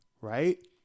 right